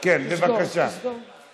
אני